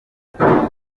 n’igituntu